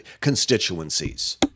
constituencies